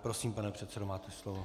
Prosím, pane předsedo, máte slovo.